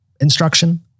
instruction